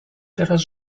teraz